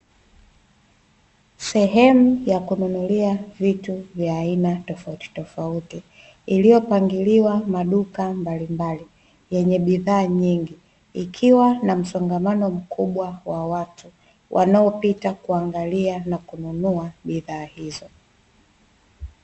Sehemu ya kununulia vitu vya aina tofauti tofauti, iliyopangiliwa maduka mbalimbali yenye bidhaa nyingi, ikiwa na msongamano mkubwa wa watu wanaopita kuangalia na kununua bidhaa hizo.